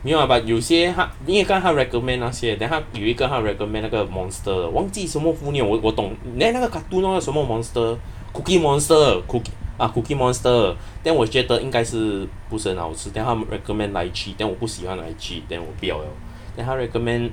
ya but 有些他因为刚他 recommend 那些 then 他有一个他 recommend 那个 monster 忘记什么 full name 我懂 there 那个 cartoon orh 什么 monster cookie monster cook~ uh cookie monster then 我觉得应该是不是很好吃 then 他 recommend lychee then 我不喜欢 lychee then 我不要 liao then 他 recommend